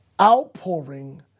outpouring